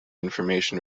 information